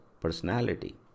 personality